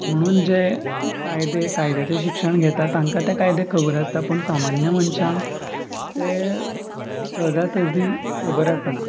म्हणून जे कायदे कायद्याचें शिक्षण घेता तांकां तें कायदे खबर आसता पूण सामान्य मनशांक ते सहजासहजी खबर आसना